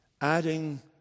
adding